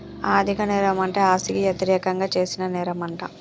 ఆర్ధిక నేరం అంటే ఆస్తికి యతిరేకంగా చేసిన నేరంమంట